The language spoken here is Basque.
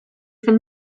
zen